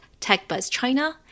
TechBuzzChina